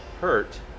hurt